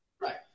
Right